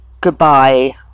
goodbye